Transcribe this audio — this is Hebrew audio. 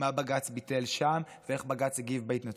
מה בג"ץ ביטל שם ואיך בג"ץ הגיב בהתנתקות,